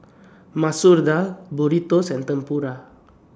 Masoor Dal Burrito and Tempura